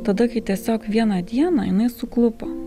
tada kai tiesiog vieną dieną jinai suklupo